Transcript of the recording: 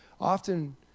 often